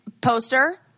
poster